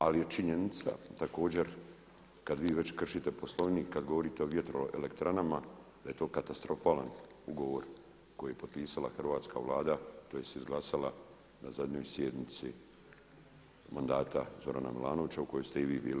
Ali je činjenica također kada vi već kršite poslovnik kada govorite o vjetroelektranama da je to katastrofalni ugovor koji je potpisala hrvatska Vlada tj. izglasala na zadnjoj sjednici mandata Zorana Milanovića u kojoj ste i vi bili.